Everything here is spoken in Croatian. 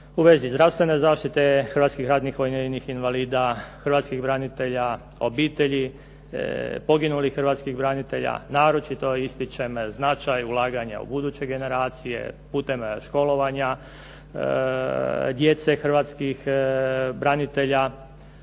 u vezi zdravstvene zaštite hrvatskih ratnih vojnih invalida, hrvatskih branitelja, obitelji poginulih hrvatskih branitelja. Naročito ističem značaj ulaganja u buduće generacije putem školovanja djece hrvatskih branitelja.